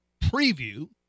preview